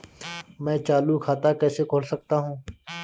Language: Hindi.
मैं चालू खाता कैसे खोल सकता हूँ?